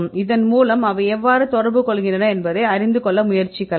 இதன் மூலம் அவை எவ்வாறு தொடர்பு கொள்கின்றன என்று அறிந்து கொள்ள முயற்சிக்கலாம்